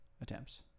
attempts